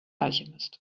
alchemist